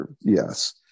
Yes